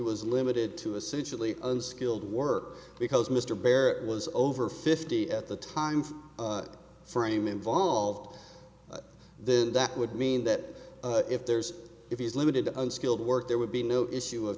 was limited to essentially unskilled work because mr barrett was over fifty at the time frame involved then that would mean that if there's if he's limited unskilled work there would be no issue of